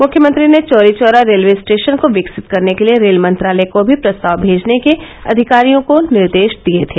मुख्यमंत्री ने Chauri Chaura railway station को विकसित करने के लिये रेल मंत्रालय को भी प्रस्ताव भेजने के अधिकारियों को निर्देश दिये थे